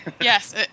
Yes